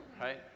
Right